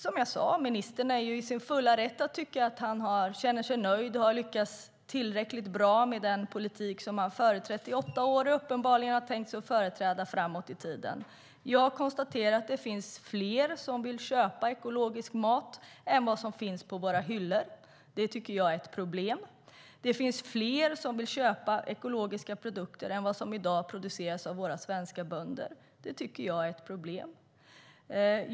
Som jag sade är ministern i sin fulla rätt att tycka att han känner sig nöjd och har lyckats tillräckligt bra med den politik han har företrätt i åtta år och uppenbarligen har tänkt sig att företräda framåt i tiden. Jag konstaterar att man vill köpa mer ekologisk mat än vad som finns på våra hyllor. Det tycker jag är ett problem. Man vill köpa fler ekologiska produkter än vad som i dag produceras av våra svenska bönder. Det tycker jag är ett problem.